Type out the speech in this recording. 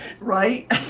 right